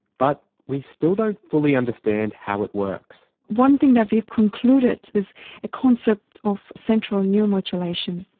but we still don't fully understand how it works. one thing that we have concluded is a concept of central neuromodulation.